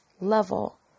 level